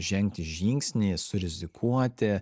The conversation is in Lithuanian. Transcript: žengti žingsnį surizikuoti